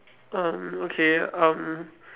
um okay um